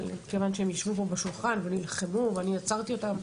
כיוון שהם ישבו כאן בשולחן ונלחמו ואני עצרתי אותם.